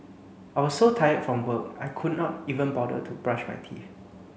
I was so tired from work I could not even bother to brush my teeth